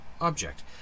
object